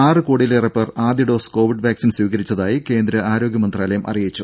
ആറുകോടിയിലേറെ പേർ ആദ്യ dose Covid vaccine സ്വീകരിച്ചതായി കേന്ദ്ര ആരോഗ്യ മന്ത്രാലയം അറിയിച്ചു